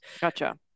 Gotcha